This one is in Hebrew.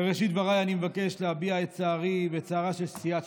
בראשית דבריי אני מבקש להביע את צערי ואת צערה של סיעת